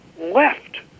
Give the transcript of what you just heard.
left